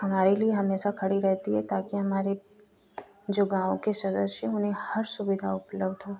हमारे लिए हमेशा खड़ी रहती है ताकि हमारे जो गाँव के सदस्य हैं उन्हें हर सुविधा उपलब्ध हो